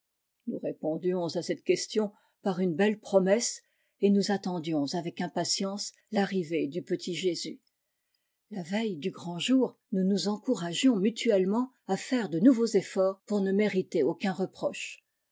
nous répondions à cette question par une belle promesse et nous attendions avec impatience larrivée du petit jésus la veille du grand jour nous nous encouragions mutuellement à faire de nouveaux efforts pour ne mériter aucun reproche